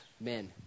men